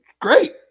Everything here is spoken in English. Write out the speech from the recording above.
Great